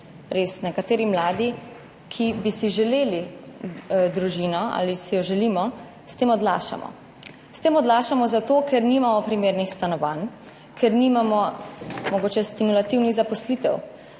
res nekateri mladi, ki bi si želeli družino ali si jo želimo, s tem odlašamo. S tem odlašamo zato, ker nimamo primernih stanovanj, ker mogoče nimamo stimulativnih zaposlitev,